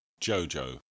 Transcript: JoJo